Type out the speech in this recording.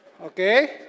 Okay